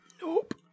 Nope